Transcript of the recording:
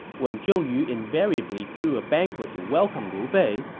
when zhou yu invariably threw a banquet to welcome liu bei,